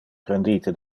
prendite